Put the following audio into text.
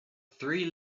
three